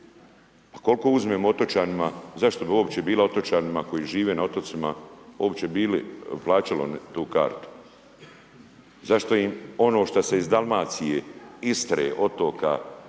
Pa koliko uzmemo otočanima, zašto bi uopće bila otočanima koji žive na otocima uopće bilo plaćalo tu kartu? Zašto im ono što se iz Dalmacije, Istre, otoka,